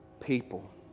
people